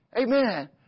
Amen